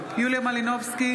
בעד יוליה מלינובסקי,